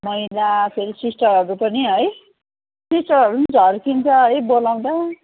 मैला फेरि सिस्टरहरू पनि है सिस्टरहरू झर्किन्छ है बोलाउँदा